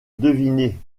deviner